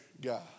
God